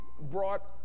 brought